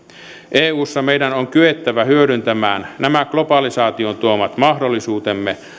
eussa meidän on kyettävä hyödyntämään nämä globalisaation tuomat mahdollisuutemme